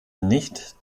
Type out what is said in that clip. nicht